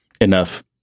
enough